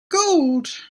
gold